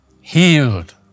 healed